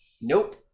Nope